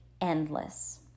endless